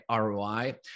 ROI